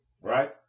right